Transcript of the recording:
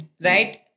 right